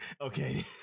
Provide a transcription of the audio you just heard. Okay